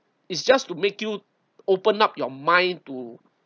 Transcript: it's just to make you open up your mind to